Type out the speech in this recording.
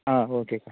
ஆ ஓகேக்கா